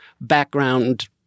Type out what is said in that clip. background